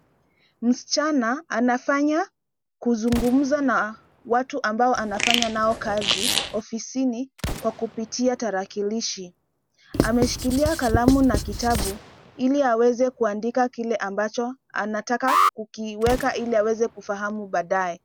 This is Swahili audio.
Msichana anafanya kuzungumza na watu ambao anafanya nao kazi ofisini kwa kupitia tarakilishi. Ameshikilia kalamu na kitabu ile aweze kuandika kile ambacho anataka kukiweka ili aweze kufahamu baadaye.